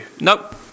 Nope